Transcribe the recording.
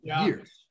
years